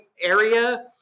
area